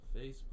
Facebook